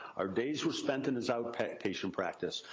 our days were spent in his out-patient practice.